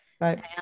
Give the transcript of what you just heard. Right